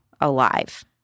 alive